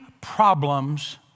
problems